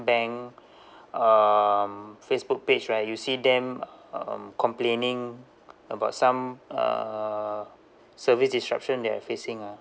bank um facebook page right you see them um complaining about some uh service disruption they are facing ah